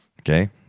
okay